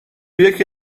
یکی